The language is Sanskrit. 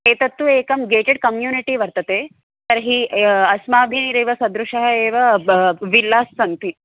एतत्तु एकं गेटेड् कम्यूनिटी वर्तते तर्हि ए अस्माभिरेव सदृशः एव ब विल्लास् सन्ति